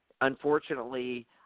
unfortunately